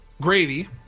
gravy